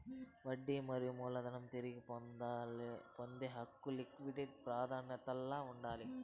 వడ్డీ లేదా మూలధనం తిరిగి పొందే హక్కు లిక్విడేట్ ప్రాదాన్యతల్ల ఉండాది